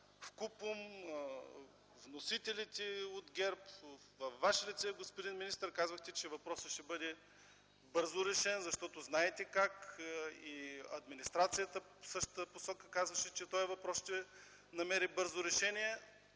вкупом вносителите от ГЕРБ, във Ваше лице, господин министър, казвахте, че въпросът ще бъде решен бързо, защото знаете как. И администрацията в същата посока казваше, че този въпрос ще намери бързо решение.